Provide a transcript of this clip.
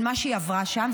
על מה שהיא עברה שם.